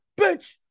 bitch